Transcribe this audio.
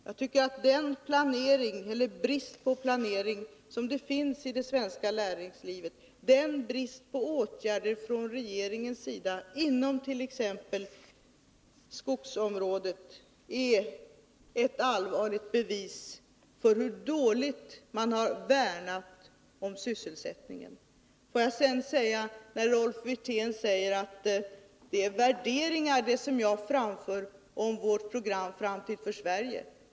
Bristen på planering i det svenska näringslivet avspeglar sig i bristen på åtgärder från regeringen, t.ex. på skogsområdet. Det är ett allvarligt bevis på hur dåligt man har värnat om sysselsättningen. Rolf Wirtén säger att det är mina egna värderingar när jag påstår att socialdemokraterna har ett utmärkt program, kallat Framtid för Sverige, för att föra Sverige ur krisen.